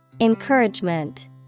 Encouragement